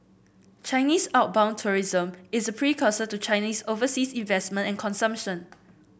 Chinese outbound tourism is precursor to Chinese overseas investment and consumption